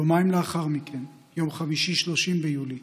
יומיים לאחר מכן, יום חמישי, 30 ביולי,